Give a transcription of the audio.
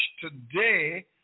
today